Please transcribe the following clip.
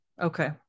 okay